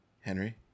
Henry